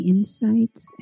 Insights